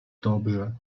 dobrze